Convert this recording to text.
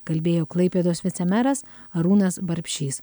kalbėjo klaipėdos vicemeras arūnas barbšys